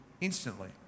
instantly